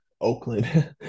Oakland